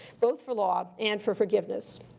both for law and for forgiveness.